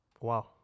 Wow